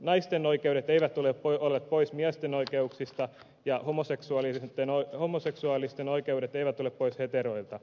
naisten oikeudet eivät ole pois miesten oikeuksista ja homoseksuaalisten oikeudet eivät ole pois heteroilta